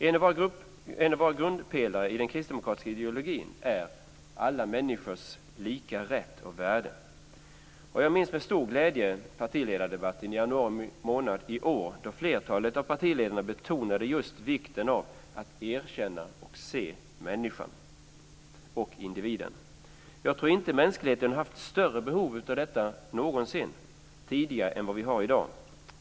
En av grundpelarna i den kristdemokratiska ideologin är alla människors lika rätt och värde. Jag minns med stor glädje partiledardebatten i januari månad i år, då flertalet partiledare betonade vikten av att erkänna och se människan och individen. Jag tror inte att mänskligheten haft större behov av detta någonsin tidigare än vad vi har i dag.